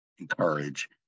encourage